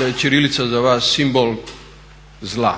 je ćirilica za vas simbol zla,